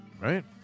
Right